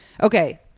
Okay